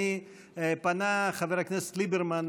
פנה חבר הכנסת ליברמן,